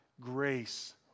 grace